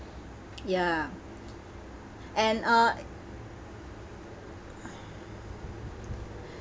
ya and uh